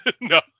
No